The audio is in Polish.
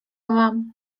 wam